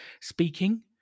speaking